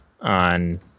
on